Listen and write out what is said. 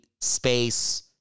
space